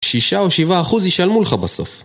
שישה או שבעה אחוז ישלמו לך בסוף